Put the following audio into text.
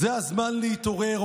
זה הזמן להתעורר.